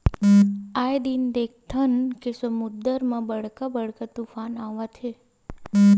आए दिन देखथन के समुद्दर म बड़का बड़का तुफान आवत हे